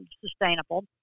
sustainable